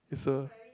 is a